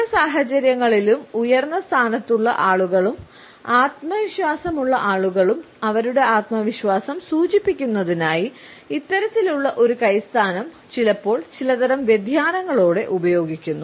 പല സാഹചര്യങ്ങളിലും ഉയർന്ന സ്ഥാനത്തുള്ള ആളുകളും ആത്മവിശ്വാസമുള്ള ആളുകളും അവരുടെ ആത്മവിശ്വാസം സൂചിപ്പിക്കുന്നതിനായി ഇത്തരത്തിലുള്ള ഒരു കൈ സ്ഥാനം ചിലപ്പോൾ ചിലതരം വ്യതിയാനങ്ങളോടെ ഉപയോഗിക്കുന്നു